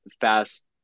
fast